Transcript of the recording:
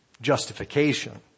Justification